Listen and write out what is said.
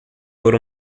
por